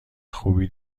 خوبی